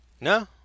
no